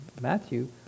Matthew